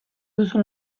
duzu